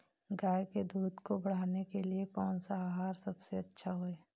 गाय के दूध को बढ़ाने के लिए कौनसा आहार सबसे अच्छा है?